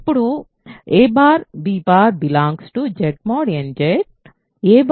ఇప్పుడు a b Z mod nZ